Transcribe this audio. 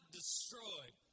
destroyed